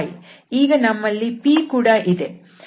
ಈಗ ನಮ್ಮಲ್ಲಿ p ಕೂಡ ಇದೆ